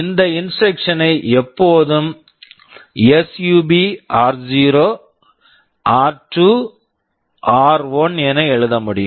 இந்த instruction instruction ஐ எப்போதும் எஸ்யுபி ஆர்0 R two R one SUB r0 r2 r1 என எழுத முடியும்